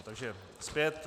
Takže zpět.